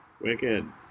Wicked